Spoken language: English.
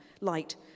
light